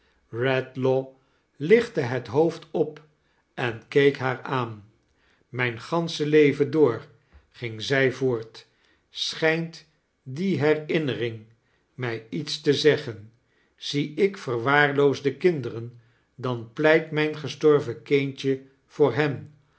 redlaw lichtte het hoofd op en keek haar aan mijn gansche leven door ging zij voort schijnt die herinnering mij iets te zeggen zie ik verwaarloosde kinderen dan pleit mijn gestorven kindje voor hem